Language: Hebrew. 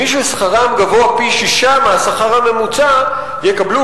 מי ששכרם גבוה פי-שישה מהשכר הממוצע יקבלו